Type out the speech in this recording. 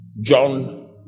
John